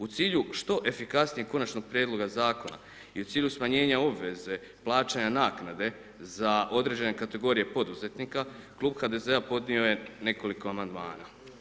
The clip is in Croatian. U cilju što efikasnijeg Konačnog prijedloga Zakona i u cilju smanjenja obveze plaćanje naknade za određene kategorije poduzetnika, Klub HDZ-a podnio je nekoliko amandmana.